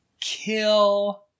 kill